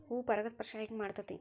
ಹೂ ಪರಾಗಸ್ಪರ್ಶ ಹೆಂಗ್ ಮಾಡ್ತೆತಿ?